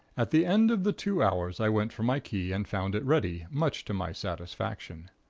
at the end of the two hours i went for my key and found it ready, much to my satisfaction.